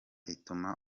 ituma